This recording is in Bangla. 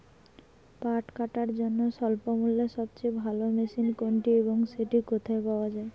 পাট কাটার জন্য স্বল্পমূল্যে সবচেয়ে ভালো মেশিন কোনটি এবং সেটি কোথায় পাওয়া য়ায়?